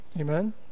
Amen